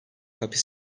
hapis